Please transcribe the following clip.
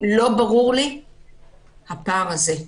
ברור לי הפער הזה.